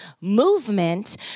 movement